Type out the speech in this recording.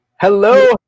Hello